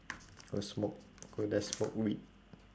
go smoke go there smoke weed